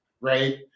right